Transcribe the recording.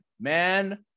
man